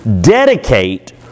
dedicate